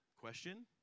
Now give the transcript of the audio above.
Question